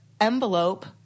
envelope